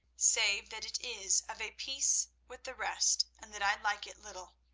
save that it is of a piece with the rest, and that i like it little,